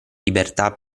libertà